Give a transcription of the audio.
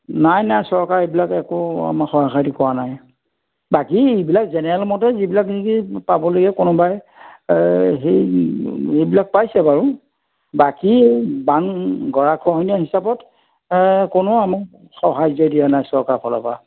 নাই নাই চৰকাৰে এইবিলাক একো আমাক সহায় সাৰথি কৰা নাই বাকী এইবিলাক জেনেৰেল মতে যিবিলাক নেকি পাব লাগে কোনোবাই এই হেৰি এইবিলাক পাইছে বাৰু বাকী এই দান গৰা খহনীয়া হিচাপত কোনেও আমাক সহায্য দিয়া নাই চৰকাৰৰফালৰপৰা